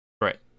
right